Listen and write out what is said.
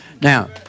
Now